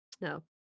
No